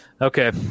Okay